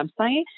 website